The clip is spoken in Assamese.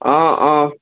অঁ অঁ